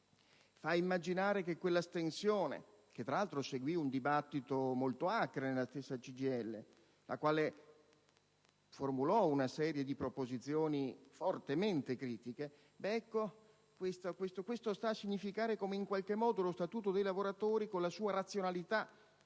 suoi padri. A quella astensione, tra l'altro, seguì un dibattito molto acre nella stessa CGIL, la quale formulò una serie di proposizioni fortemente critiche. Questo sta a significare come in qualche modo lo Statuto dei lavoratori, con la sua razionalità